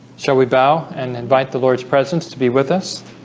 shall we bow and invite the lord's presence to be with us?